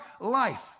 life